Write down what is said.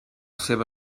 seua